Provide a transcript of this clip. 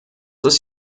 ist